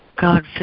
God